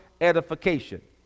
edification